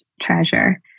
treasure